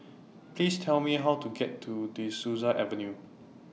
Please Tell Me How to get to De Souza Avenue